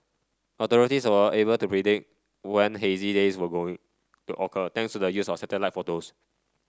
authorities were able to predict when hazy days were going to occur thanks to the use of satellite photos